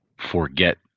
forget